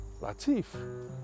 Latif